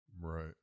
right